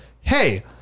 hey